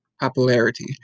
popularity